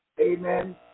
Amen